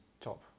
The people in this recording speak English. top